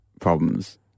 problems